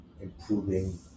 improving